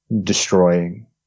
destroying